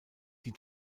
die